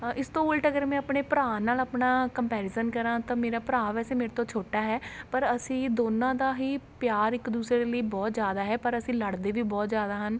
ਇਸ ਤੋਂ ਉਲਟ ਅਗਰ ਮੈਂ ਆਪਣੇ ਭਰਾ ਨਾਲ ਆਪਣਾ ਕੰਪੈਰੀਜ਼ਨ ਕਰਾਂ ਤਾਂ ਮੇਰਾ ਭਰਾ ਵੈਸੇ ਮੇਰੇ ਤੋਂ ਛੋਟਾ ਹੈ ਪਰ ਅਸੀਂ ਦੋਨਾਂ ਦਾ ਹੀ ਪਿਆਰ ਇੱਕ ਦੂਸਰੇ ਲਈ ਬਹੁਤ ਜ਼ਿਆਦਾ ਹੈ ਪਰ ਅਸੀਂ ਲੜਦੇ ਵੀ ਬਹੁਤ ਜ਼ਿਆਦਾ ਹਨ